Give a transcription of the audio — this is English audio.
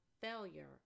failure